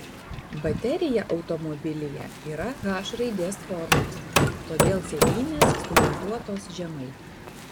baterija automobilyje yra h raidės formos todėl sėdynės sumontuotos žemai